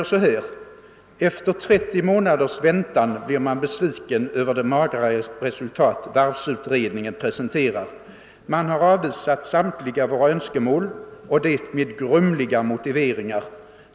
Han säger: — >Efter 30 månaders väntan blir man besviken över det magra resuital varvsulredningen presenterar. Man har avvisat samtliga våra önskemål — och det med grumliga motiveringar.